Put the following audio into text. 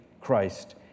Christ